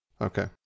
Okay